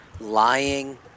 lying